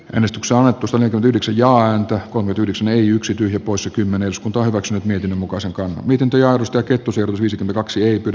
rinnastus ovat nostaneet yhdeksi ja antaa kommentyhdeksän yksi poissa kymmenen skonto hyväksynyt mietinnön mukaan se miten työ avusta kettusen visi kaksi ei pidä